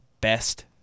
best